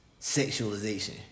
sexualization